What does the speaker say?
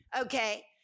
Okay